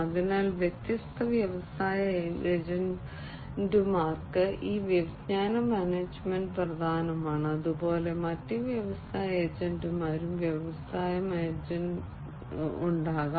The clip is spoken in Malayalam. അതിനാൽ വ്യത്യസ്ത വ്യവസായ ഏജന്റുമാർക്ക് ഈ വിജ്ഞാന മാനേജ്മെന്റ് പ്രധാനമാണ് അതുപോലെ മറ്റ് വ്യവസായ ഏജന്റുമാരും വ്യവസായ ഏജന്റുമാരും ഉണ്ടാകാം